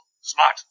Smart